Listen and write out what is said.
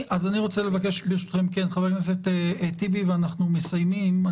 חבר הכנסת טיבי ואנחנו מסיימים.